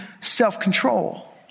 self-control